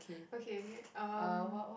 okay okay um